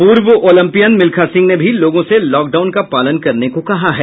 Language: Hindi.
पूर्व ओलिंपियन मिल्खा सिंह ने भी लोगों से लॉकडाउन का पालन करने को कहा है